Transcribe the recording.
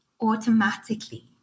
automatically